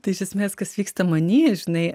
tai iš esmės kas vyksta many žinai